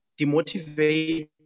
demotivate